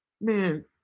Man